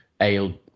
ale